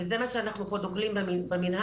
וזה מה שאנחנו פה דוגלים במינהל,